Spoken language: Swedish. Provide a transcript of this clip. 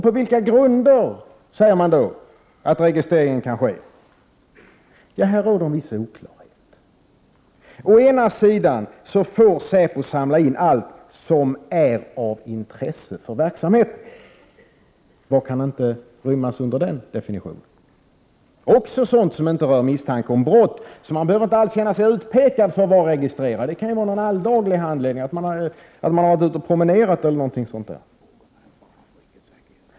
På vilka grunder sägs det då att registrering kan ske? Här råder det en viss oklarhet. Å ena sidan får säpo samla in alla uppgifter som är av intresse för verksamheten. Vad kan inte rymmas under den definitionen? Även sådana uppgifter som inte rör misstanke om brott kan samlas in. Man behöver därför inte känna sig utpekad om man är registrerad. Det kan vara någon alldaglig handling som har lett till registrering; man kan t.ex. ha varit ute och promenerat.